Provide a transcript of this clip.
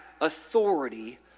authority